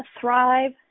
thrive